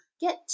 get